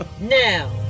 Now